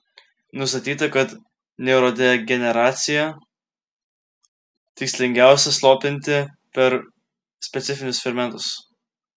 nustatyta kad neurodegeneraciją tikslingiausia slopinti per specifinius fermentus